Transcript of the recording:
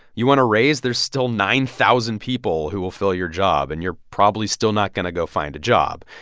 you want a raise? there's still nine thousand people who will fill your job, and you're probably still not going to go find a job.